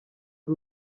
ari